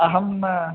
अहम्